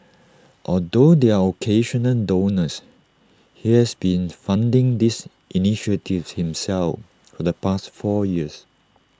although there are occasional donors he has been funding these initiatives himself for the past four years